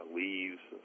leaves